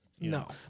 No